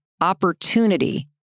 opportunity